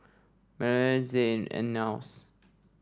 Maleah Zayne and Niles